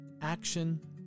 action